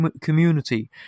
community